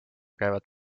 käivad